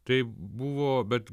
tai buvo bet